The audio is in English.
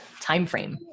timeframe